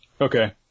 okay